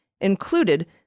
included